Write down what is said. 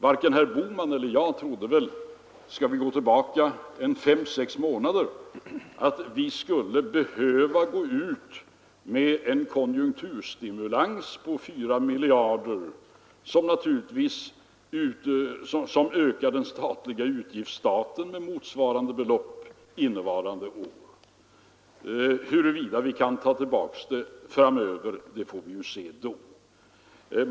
Varken herr Bohman eller jag trodde väl för en fem sex månader sedan att vi innevarande år skulle behöva gå ut med en konjunkturstimulans på 4 miljarder, som naturligtvis ökar den statliga utgiftsstaten med motsvarande belopp — huruvida vi kan ta tillbaka det framöver får vi se då.